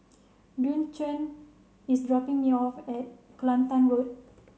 Duncan is dropping me off at Kelantan Road